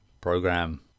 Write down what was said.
program